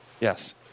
Yes